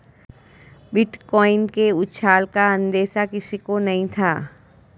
bitcoin के उछाल का अंदेशा किसी को नही था